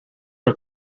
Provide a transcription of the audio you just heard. are